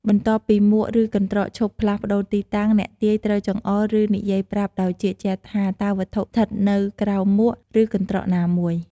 បន្ទាប់ពីមួក ឬកន្ត្រកឈប់ផ្លាស់ប្ដូរទីតាំង អ្នកទាយត្រូវចង្អុល ឬនិយាយប្រាប់ដោយជឿជាក់ថា តើវត្ថុស្ថិតនៅក្រោមមួក ឬកន្ត្រកមួយណា។